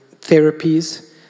therapies